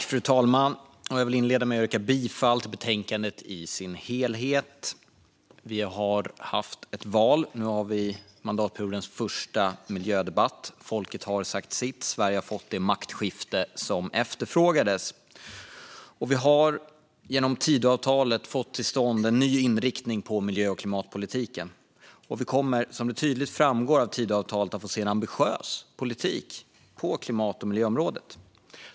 Fru talman! Jag vill inleda med att yrka bifall till utskottets förslag i betänkandet. Vi har haft ett val. Nu har vi mandatperiodens första miljödebatt. Folket har sagt sitt. Sverige har fått det maktskifte som efterfrågades. Vi har genom Tidöavtalet fått till stånd en ny inriktning på miljö och klimatpolitiken, och vi kommer, som tydligt framgår av Tidöavtalet, att få se en ambitiös politik på klimat och miljöområdet.